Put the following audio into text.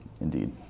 Indeed